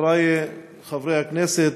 חברי חברי הכנסת,